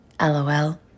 LOL